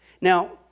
Now